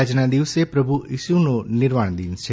આજના દિવસે પ્રભુ ઇસુનો નિર્વાણદિન છે